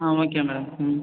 ஆ okay madam ம்